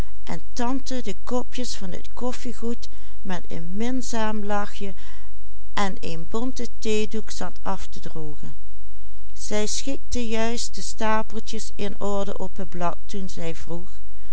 een bonten theedoek zat af te drogen zij schikte juist de stapeltjes in orde op het blad toen zij vroeg